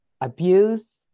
abuse